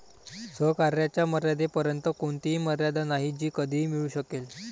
सहकार्याच्या मर्यादेपर्यंत कोणतीही मर्यादा नाही जी कधीही मिळू शकेल